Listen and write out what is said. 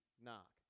knock